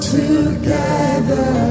together